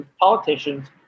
politicians